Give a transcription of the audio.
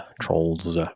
Trolls